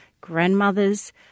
Grandmothers